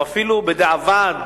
הוא אפילו בדיעבד,